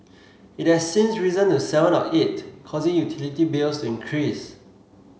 it has since risen to seven or eight causing utility bills to increase